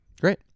Great